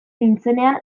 nintzenean